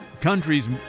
countries